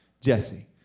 Jesse